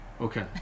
Okay